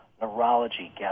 neurology